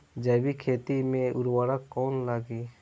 जैविक खेती मे उर्वरक कौन लागी?